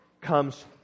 comes